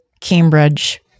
Cambridge